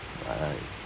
uh